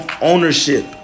ownership